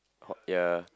ya